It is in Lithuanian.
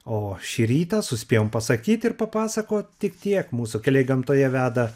o šį rytą suspėjom pasakyt ir papasakot tik tiek mūsų keliai gamtoje veda